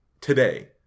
today